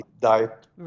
diet